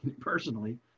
personally